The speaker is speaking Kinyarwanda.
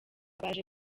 baje